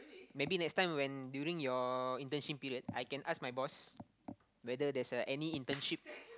maybe next time when during your internship period I can ask my boss whether there's a any internship